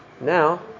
now